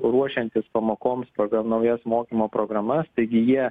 ruošiantis pamokoms pagal naujas mokymo programas taigi jie